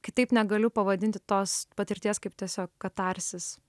kitaip negaliu pavadinti tos patirties kaip tiesiog katarsis